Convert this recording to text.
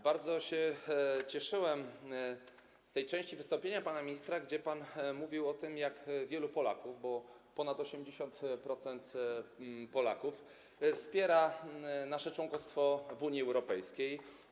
Bardzo cieszyłem się z tej części wystąpienia pana ministra, w której pan mówił o tym, jak wielu Polaków - bo ponad 80% - wspiera nasze członkostwo w Unii Europejskiej.